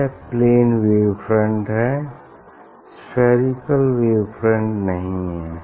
यह plane wave front है spherical wave front नहीं है